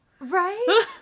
Right